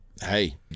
hey